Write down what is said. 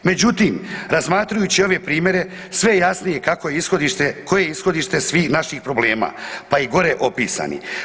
Međutim, razmatrajući ove primjere, sve je jasnije kako ishodište, koje je ishodište svih naših problema, pa i gore opisani.